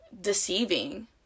deceiving